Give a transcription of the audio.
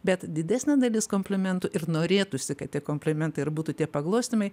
bet didesnė dalis komplimentų ir norėtųsi kad tie komplimentai ir būtų tie paglostymai